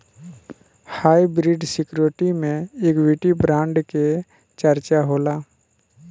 hybrid security में equity bond के चर्चा होला